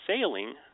sailing